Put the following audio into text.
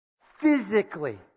physically